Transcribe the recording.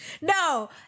No